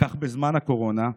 כך בזמן הקורונה,